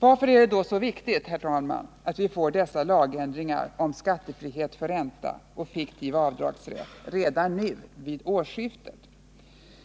Varför är det då så viktigt, herr talman, att vi får dessa lagändringar om skattefrihet för ränta och fiktiv avdragsrätt redan nu vid årsskiftet?